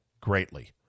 greatly